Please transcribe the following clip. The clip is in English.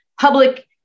public